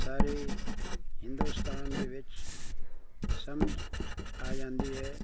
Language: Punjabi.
ਸਾਰੇ ਹਿੰਦੁਸਤਾਨ ਦੇ ਵਿੱਚ ਸਮਝ ਆ ਜਾਂਦੀ ਹੈ